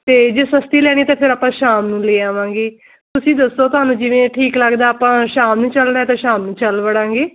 ਅਤੇ ਜੇ ਸਸਤੀ ਲੈਣੀ ਤਾਂ ਫਿਰ ਆਪਾਂ ਸ਼ਾਮ ਨੂੰ ਲੈ ਆਵਾਂਗੇ ਤੁਸੀਂ ਦੱਸੋ ਤੁਹਾਨੂੰ ਜਿਵੇਂ ਠੀਕ ਲੱਗਦਾ ਆਪਾਂ ਸ਼ਾਮ ਨੂੰ ਚੱਲਦਾ ਤਾਂ ਸ਼ਾਮ ਨੂੰ ਚੱਲ ਵੜਾਂਗੇ